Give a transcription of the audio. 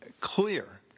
clear